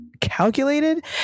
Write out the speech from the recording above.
calculated